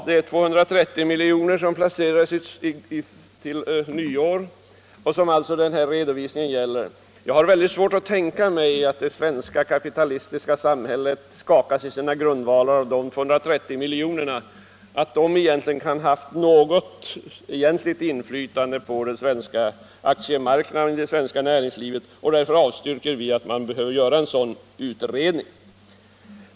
Det är 230 miljoner som placeras till nyår och som den här redovisningen alltså gäller. Jag har väldigt svårt att tänka mig att det svenska kapitalistiska samhället skakas i sina grundvalar av de 230 miljonerna. De kan knappast ha haft något egentligt inflytande på den svenska aktiemarknaden och det svenska näringslivet, och därför anser vi inte att man behöver göra en sådan utredning.